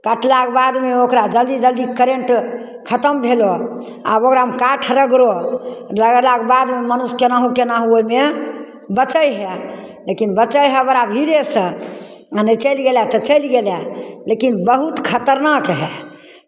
काटलाके बादमे ओकरा जल्दी जल्दी करेंट खतम भेलहो आब ओकरामे काठ रगड़हो रगड़लाके बाद मनुष्य केनाहु केनाहु ओहिमे बचै हए लेकिन बचै हए बड़ा भीरेसँ आ नहि चलि गेलै तऽ चलि गेलै लेकिन बहुत खतरनाक हए